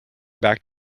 back